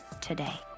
today